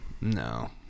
No